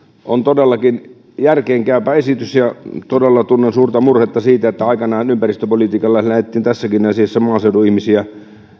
on todellakin järkeenkäypä esitys ja todella tunnen suurta murhetta siitä että aikoinaan ympäristöpolitiikalla lähdettiin tässäkin asiassa maaseudun ihmisiä